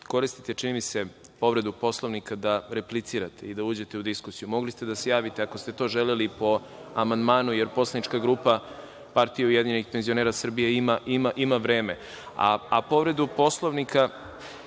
koristite čini mi se povredu Poslovnika da replicirate i da uđete u diskusiju. Mogli ste da se javite, ako ste to želeli, po amandmanu, jer poslanička grupa PUPS ima vreme,